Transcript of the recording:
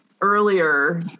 earlier